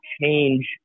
change